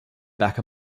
back